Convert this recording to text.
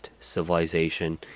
Civilization